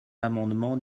l’amendement